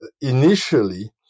initially